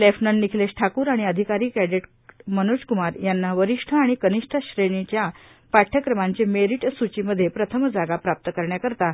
lieutenant Nikhlesh Thakar आणि अधिकारी cadet Manoj Kumar यांना वरिष्ठ आणि कनिष्ठ श्रेणी च्या पाठयक्रमाचे मेरिट सुची मध्ये प्रथम जागा प्राप्त करण्या करिता